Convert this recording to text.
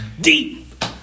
Deep